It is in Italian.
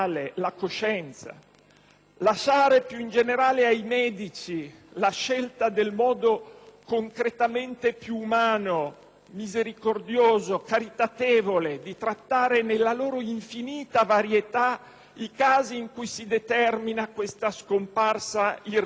lasciare, più in generale, ai medici la scelta del modo concretamente più umano, misericordioso, caritatevole di trattare, nella loro infinita varietà, i casi in cui si determina questa scomparsa irreversibile.